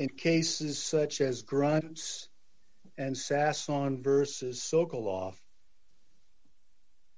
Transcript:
in cases such as gripes and sas on versus sokol off